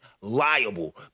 liable